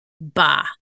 Bah